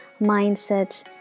mindsets